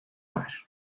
var